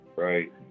Right